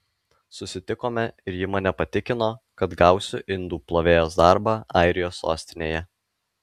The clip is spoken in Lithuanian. susitikome ir ji mane patikino kad gausiu indų plovėjos darbą airijos sostinėje